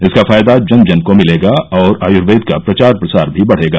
इसका फायदा जन जन को मिलेगा और आयूर्वेद का प्रचार प्रसार भी बढ़ेगा